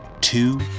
two